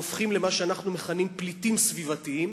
והופכים למה שאנחנו מכנים פליטים סביבתיים.